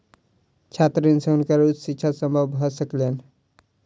छात्र ऋण से हुनकर उच्च शिक्षा संभव भ सकलैन